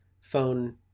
phone